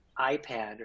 iPad